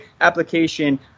application